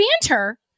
banter